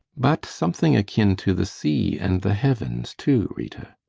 but something akin to the sea and the heavens too, rita.